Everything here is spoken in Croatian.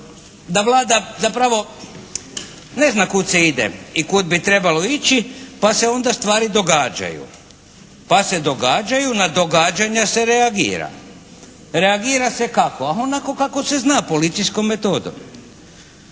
da Vlada zapravo ne zna kud se ide i kud bi trebalo ići pa se onda stvari događaju. Pa se događaju, na događanja se reagira. Reagira se kako? Onako kako se zna, policijskom metodom.